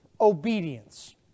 obedience